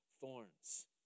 thorns